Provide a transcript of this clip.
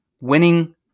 winning